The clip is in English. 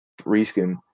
reskin